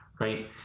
right